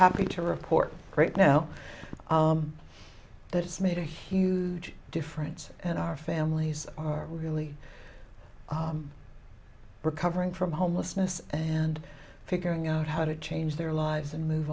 happy to report great now that it's made a huge difference and our families are really recovering from homelessness and figuring out how to change their lives and move